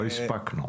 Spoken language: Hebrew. לא הספקנו.